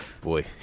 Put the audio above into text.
boy